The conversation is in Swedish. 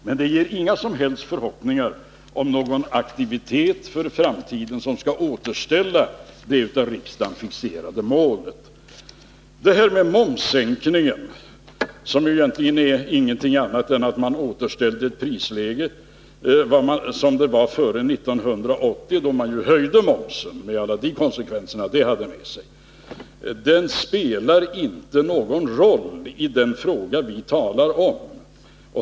Men det inger inga som helst förhoppningar om någon aktivitet för framtiden som skulle kunna leda till att det av riksdagen fixerade målet återställdes. Momssänkningen — som ju egentligen inte är någonting annat än ett återställande av det prisläge som var före 1980, då momsen höjdes med alla de konsekvenser som det förde med sig — spelar inte någon roll när det gäller den fråga vi nu talar om.